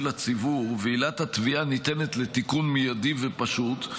לציבור ועילת התביעה ניתנת לתיקון מיידי ופשוט,